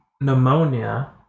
pneumonia